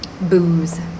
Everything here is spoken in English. booze